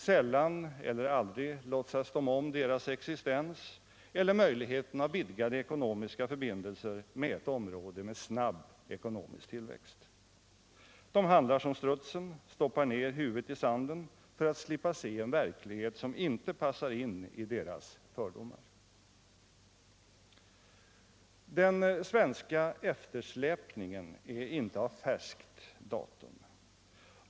Sällan eller aldrig låtsas de om deras existens eller möjligheten av vidgade ekonomiska förbindelser med ett område med snabb ekonomisk tillväxt. De handlar som strutsen — stoppar ned huvudet i sanden för att slippa se en verklighet som inte passar in i deras fördomar. Den svenska eftersläpningen är inte av färskt datum.